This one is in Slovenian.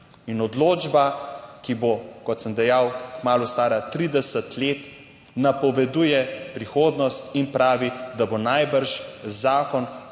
In odločba, ki bo, kot sem dejal, kmalu stara 30 let, napoveduje prihodnost in pravi, da bo najbrž Zakon